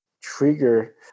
trigger